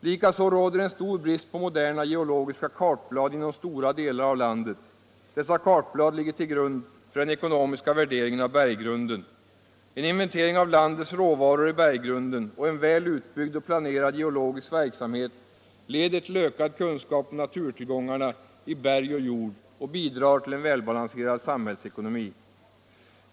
Likaså råder en betydande brist på moderna geologiska kartblad inom stora delar av landet — dessa kartblad ligger till grund för den ekonomiska värderingen en väl utbyggd och planerad geologisk verksamhet leder till ökad kunskap om naturtillgångarna i berg och jord och bidrar till en välbalanserad sam hällsekonomi.